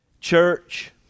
Church